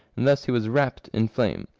and thus he was wrapped in flame.